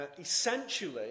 essentially